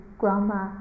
grandma